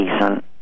decent